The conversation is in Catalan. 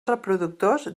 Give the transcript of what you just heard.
reproductors